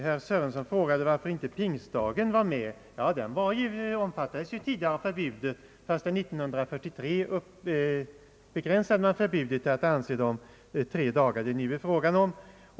Herr Sörenson frågade varför inte pingstdagen var medtagen. Den omfattades tidigare av förbudet, men 1943 be gränsade man förbudet till att avse de tre dagar det nu är fråga om.